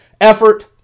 effort